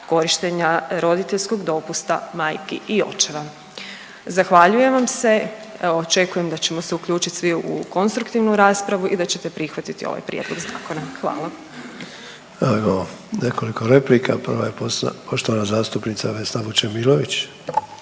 korištenja roditeljskog dopusta majki i očeva. Zahvaljujem vam se, evo očekujem da ćemo se uključiti svi u konstruktivnu raspravu i da ćete prihvatiti ovaj prijedlog zakona. Hvala. **Sanader, Ante (HDZ)** Evo, imamo nekoliko replika, prva je poštovana zastupnica Vesna Vučemilović.